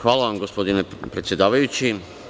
Hvala vam, gospodine predsedavajući.